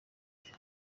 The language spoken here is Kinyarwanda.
ibye